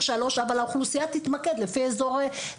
של שלוש אבל האוכלוסייה תתמקד לפי אזורים.